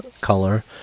color